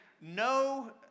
no